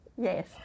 Yes